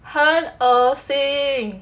!huh! 恶心